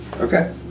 okay